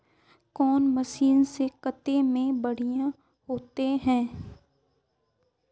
कौन मशीन से कते में बढ़िया होते है?